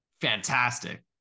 fantastic